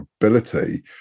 ability